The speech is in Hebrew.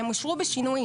הן אושרו בשינויים.